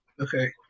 Okay